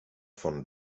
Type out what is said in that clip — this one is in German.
von